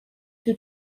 two